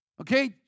okay